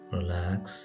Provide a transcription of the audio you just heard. Relax